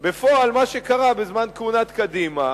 בפועל מה שקרה בזמן כהונת קדימה